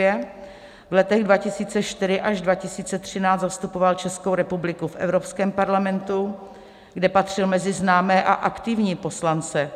V letech 2004 až 2013 zastupoval Českou republiku v Evropském parlamentu, kde patřil mezi známé a aktivní poslance.